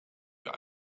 wir